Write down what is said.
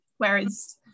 Whereas